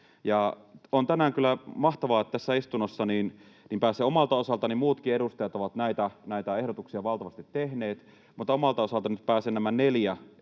on tänään kyllä mahtavaa, että tässä istunnossa pääsen omalta osaltani — muutkin edustajat ovat näitä ehdotuksia valtavasti tehneet — nämä neljä